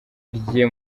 rye